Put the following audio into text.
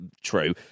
true